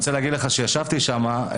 כשישבתי שם,